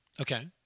Okay